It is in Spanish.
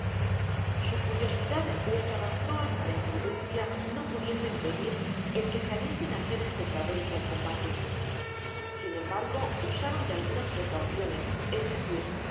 sn curiosidad les arrastró hasta la imprudencia no pudiendo impedir el que saliesen á ser espectadores del combate sin embargo usaron de algunas precauciones es decir